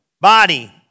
body